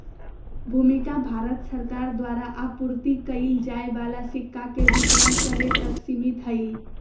भूमिका भारत सरकार द्वारा आपूर्ति कइल जाय वाला सिक्का के वितरण करे तक सिमित हइ